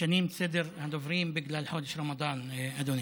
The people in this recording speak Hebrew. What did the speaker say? משנים סדר הדוברים בגלל חודש הרמדאן, אדוני.